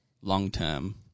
long-term